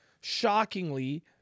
shockingly